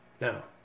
now